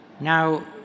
Now